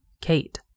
Kate